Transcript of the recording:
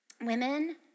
women